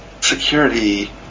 security